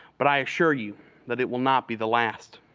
but i assure you that it will not be the last.